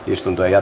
istuntoja